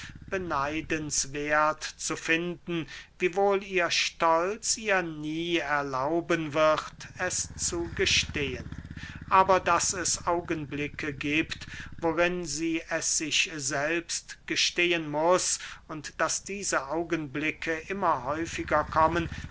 beneidenswerth zu finden wiewohl ihr stolz ihr nie erlauben wird es zu gestehen aber daß es augenblicke giebt worin sie es sich selbst gestehen muß und daß diese augenblicke immer häufiger kommen